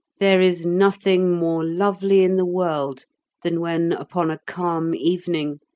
there is nothing more lovely in the world than when, upon a calm evening,